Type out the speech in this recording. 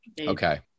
Okay